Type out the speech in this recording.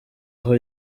aho